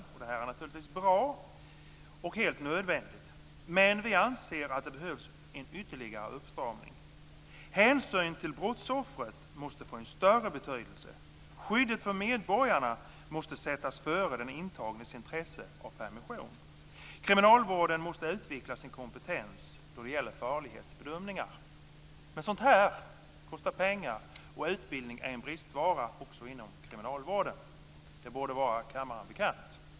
Detta är naturligtvis bra och helt nödvändigt. Men vi anser att det behövs en ytterligare uppstramning. Hänsyn till brottsoffret måste få en större betydelse. Skyddet för medborgarna måste sättas före den intagnes intresse av permission. Kriminalvården måste utveckla sin kompetens då det gäller farlighetsbedömningar. Men sådant här kostar pengar, och utbildning är en bristvara också inom kriminalvården. Det borde vara kammaren bekant.